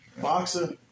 boxer